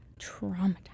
traumatized